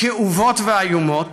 כאובות ואיומות,